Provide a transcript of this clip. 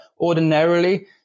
ordinarily